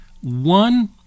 One